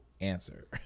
answer